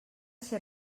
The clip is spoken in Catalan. ser